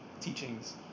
teachings